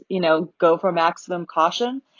you know, go for maximum caution.